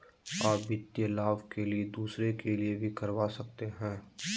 आ वित्तीय लाभ के लिए दूसरे के लिए भी करवा सकते हैं?